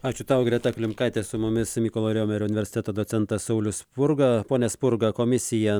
ačiū tau greta klimkaitė su mumis su mykolo riomerio universiteto docentas saulius spurga pone spurga komisija